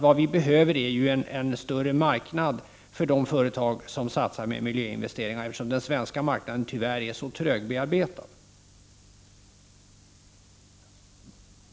Vad som behövs är ju en större marknad för de företag som satsar mer på miljöinvesteringar, eftersom den svenska marknaden tyvärr är så trögbearbetad.